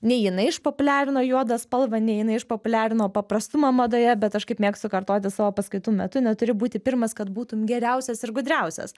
ne jinai išpopuliarino juodą spalvą ne jinai išpopuliarino paprastumą madoje bet aš kaip mėgstu kartoti savo paskaitų metu neturi būti pirmas kad būtum geriausias ir gudriausias